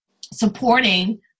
supporting